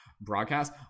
broadcast